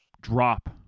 drop